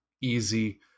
easy